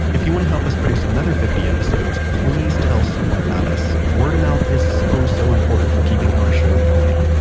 if you want to help us produce another fifty episodes, please tell someone about us. word of mouth is so so important for keeping our show going.